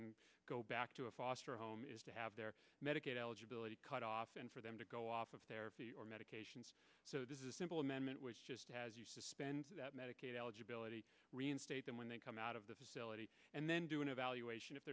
and go back to a foster home is to have their medicaid eligibility cut off and for them to go off of therapy or medications so this is a simple amendment which just has you suspend that medicaid eligibility reinstate them when they come out of the facility and then do an evaluation